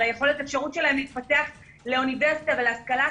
על האפשרות שלהם להתפתח לאוניברסיטה ולהשכלה אקדמית.